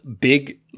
big